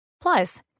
Plus